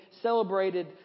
celebrated